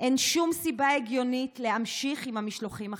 אין שום סיבה הגיונית להמשיך עם המשלוחים החיים.